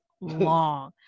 long